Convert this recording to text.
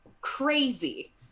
crazy